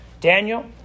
Daniel